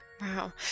Wow